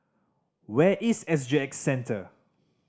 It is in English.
where is S G X Centre